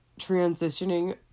transitioning